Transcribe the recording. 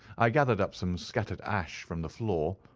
i gathered up some scattered ash from the floor.